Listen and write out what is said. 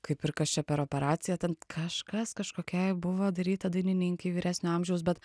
kaip ir kas čia per operacija ten kažkas kažkokiai buvo daryta dainininkei vyresnio amžiaus bet